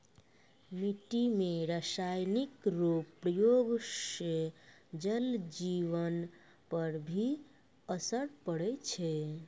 मिट्टी मे रासायनिक रो प्रयोग से जल जिवन पर भी असर पड़ै छै